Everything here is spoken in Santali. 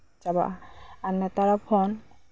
ᱪᱟᱵᱟᱜᱼᱟ ᱟᱨ ᱱᱮᱛᱟᱨᱟᱜ ᱯᱷᱳᱱ